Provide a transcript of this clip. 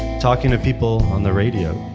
talking to people on the radio.